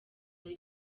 bari